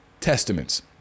testaments